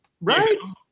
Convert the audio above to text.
Right